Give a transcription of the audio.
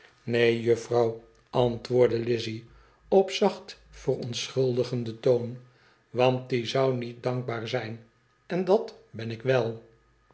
neen juffrouw antwoordde lize op zacht verontschuldigenden toon want die zou niet dankbaar zijn en dat ben ik wel